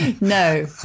No